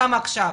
גם עכשיו.